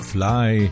Fly